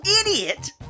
idiot